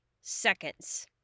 seconds